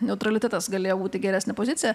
neutralitetas galėjo būti geresnė pozicija